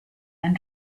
and